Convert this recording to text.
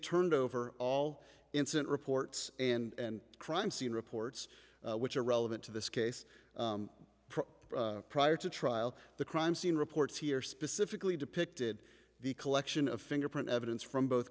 turned over all incident reports and crime scene reports which are relevant to this case prior to trial the crime scene reports here specifically depicted the collection of fingerprint evidence from both